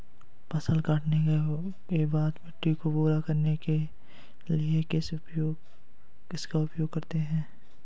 फसल काटने के बाद मिट्टी को पूरा करने के लिए किसका उपयोग करते हैं?